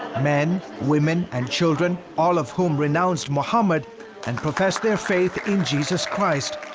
men, women, and children, all of whom renounced muhammad and professed their faith in jesus christ,